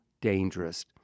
dangerous